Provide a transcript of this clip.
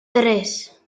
tres